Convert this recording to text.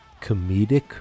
comedic